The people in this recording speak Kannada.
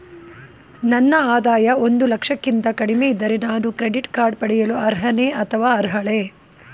ನನ್ನ ಆದಾಯ ಒಂದು ಲಕ್ಷಕ್ಕಿಂತ ಕಡಿಮೆ ಇದ್ದರೆ ನಾನು ಕ್ರೆಡಿಟ್ ಕಾರ್ಡ್ ಪಡೆಯಲು ಅರ್ಹನೇ ಅಥವಾ ಅರ್ಹಳೆ?